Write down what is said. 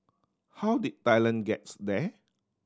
how did Thailand gets there